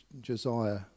Josiah